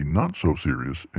not-so-serious